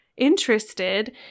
interested